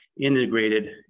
integrated